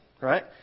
right